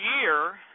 year